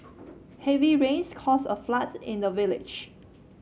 heavy rains caused a flood in the village